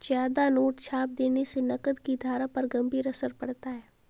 ज्यादा नोट छाप देने से नकद की धारा पर गंभीर असर पड़ता है